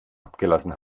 abgelassen